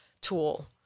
tool